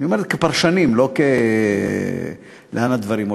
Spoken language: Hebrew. אני אומר, כפרשנים, ולא, לאן הדברים הולכים.